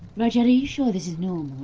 rudyard, are you sure this is